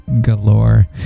galore